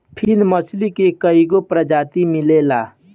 फिन मछरी के कईगो प्रजाति मिलेला